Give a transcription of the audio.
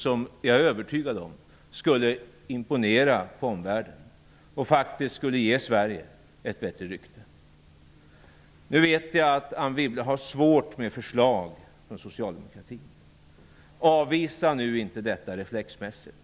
Jag är övertygad om att det skulle imponera på omvärlden och faktiskt ge Sverige ett bättre rykte. Jag vet att Anne Wibble har svårt för förslag som kommer från socialdemokratin. Avvisa inte detta förslag reflexmässigt!